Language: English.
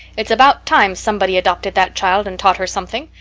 it's about time somebody adopted that child and taught her something.